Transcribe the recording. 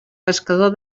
pescador